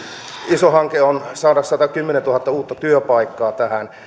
iso hanke on saada satakymmentätuhatta uutta työpaikkaa tähän